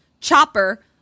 Chopper